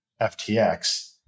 FTX